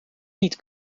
niet